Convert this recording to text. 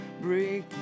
Break